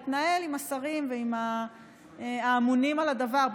יתנהל עם השרים ועם האמונים על הדבר,